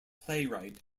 playwright